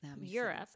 europe